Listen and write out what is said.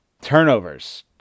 Turnovers